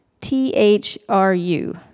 T-H-R-U